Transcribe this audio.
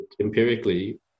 empirically